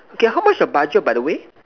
okay how much your budget by the way